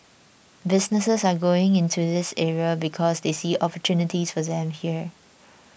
businesses are going into this area because they see opportunities for them here